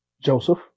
Joseph